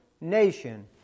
nation